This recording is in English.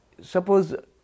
suppose